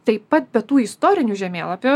taip pat be tų istorinių žemėlapio